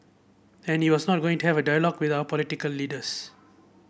and he was not going to have a dialogue with our political leaders